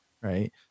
right